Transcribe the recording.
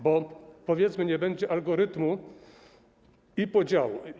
Bo, powiedzmy, nie będzie algorytmu ani podziału.